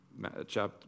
chapter